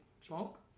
smoke